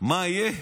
מה יהיה?